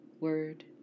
word